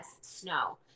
snow